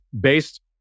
based